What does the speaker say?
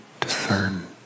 discern